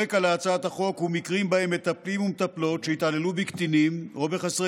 הרקע להצעת החוק הוא מקרים שבהם מטפלים ומטפלות שהתעללו בקטינים או בחסרי